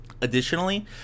Additionally